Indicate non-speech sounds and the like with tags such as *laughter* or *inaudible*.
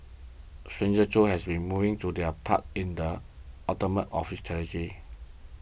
strangers too have been moving to their part in the aftermath of the *unintelligible*